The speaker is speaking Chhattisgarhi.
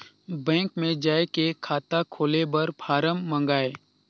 बैंक मे जाय के खाता खोले बर फारम मंगाय?